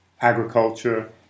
agriculture